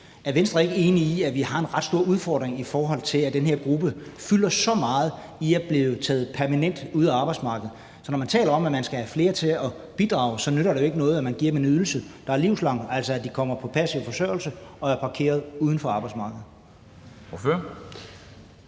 Er Venstre ikke enige i, at vi har en ret stor udfordring, i og med at den her gruppe, der permanent er taget ud af arbejdsmarkedet, fylder så meget? Når man taler om, at man skal have flere til at bidrage, nytter det jo ikke noget, at man giver dem en ydelse, der er livslang, altså at de kommer på passiv forsørgelse og er parkeret uden for arbejdsmarkedet.